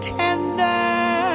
tender